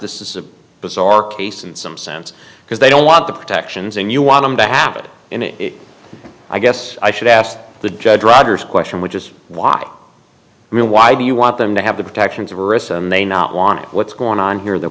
rogers this is a bizarre case in some sense because they don't want the protections and you want to have it in and i guess i should ask the judge rogers question which is why i mean why do you want them to have the protections of may not want to what's going on here that